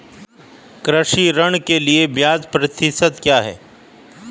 कृषि ऋण के लिए ब्याज प्रतिशत क्या है?